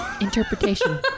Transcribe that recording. Interpretation